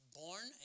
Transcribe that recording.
born